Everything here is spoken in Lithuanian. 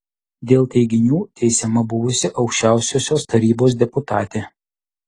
dėl teiginių teisiama buvusi aukščiausiosios tarybos deputatė